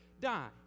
die